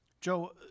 Joe